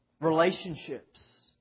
relationships